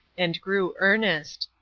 and grew earnest.